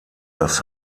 das